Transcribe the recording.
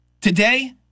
today